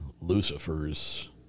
Lucifer's